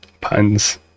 puns